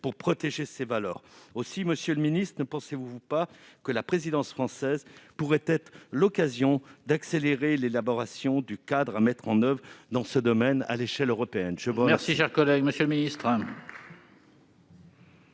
pour protéger ces valeurs essentielles. Monsieur le ministre, ne pensez-vous pas que la présidence française pourrait être l'occasion d'accélérer l'élaboration du cadre à mettre en oeuvre dans ce domaine à l'échelle européenne ?